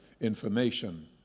information